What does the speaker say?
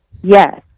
Yes